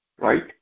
right